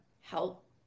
help